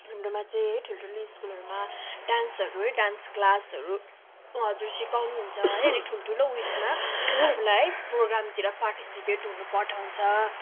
हाम्रोमा चाहिँ ठुल्ठुलो स्कुलहरूमा डान्सहरू है डान्स क्लासहरू हजुर सिकाउनु हुन्छ है अनि ठुल्ठुलो उइसमा आफूलाई है प्रोगामतिर पार्टिसिपेट हुन पठाउँछ